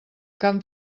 camp